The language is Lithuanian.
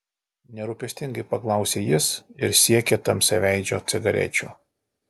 nerūpestingai paklausė jis ir siekė tamsiaveidžio cigarečių